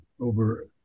over